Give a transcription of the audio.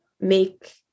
make